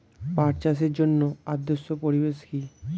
পাট চাষের জন্য আদর্শ পরিবেশ কি?